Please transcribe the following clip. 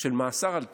של מאסר על תנאי,